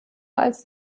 als